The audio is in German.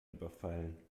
überfallen